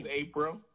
April